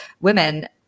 women